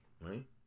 Right